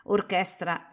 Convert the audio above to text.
Orchestra